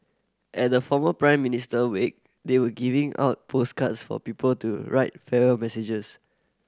at the former Prime Minister wake they were giving out postcards for people to write farewell messages